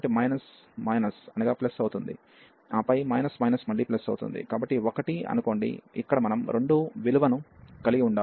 కాబట్టి minus minus అనగా plus అవుతుంది ఆపై మైనస్ మైనస్ మళ్ళీ ప్లస్ అవుతుంది కాబట్టి 1 అనుకోండి ఇక్కడ మనం 2 విలువను కలిగి ఉండాలి